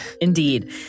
Indeed